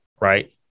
right